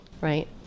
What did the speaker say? right